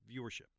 viewership